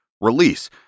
release